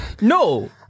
No